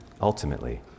ultimately